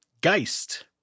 Geist